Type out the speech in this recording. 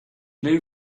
new